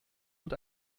und